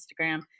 instagram